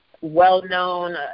well-known